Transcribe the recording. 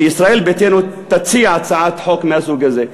שישראל ביתנו תציע הצעת חוק מהסוג הזה,